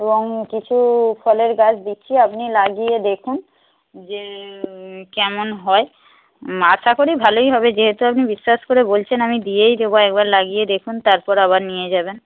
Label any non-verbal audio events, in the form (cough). এবং কিছু ফলের গাছ দিচ্ছি আপনি লাগিয়ে দেখুন যে (unintelligible) কেমন হয় আশা করি ভালোই হবে যেহেতু আপনি বিশ্বাস করে বলছেন আমি দিয়েই দেবো একবার লাগিয়ে দেখুন তারপর আবার নিয়ে যাবেন